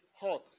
hot